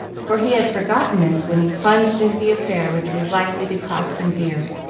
for he had forgotten this when he plunged into the affair which was likely to cost him dear.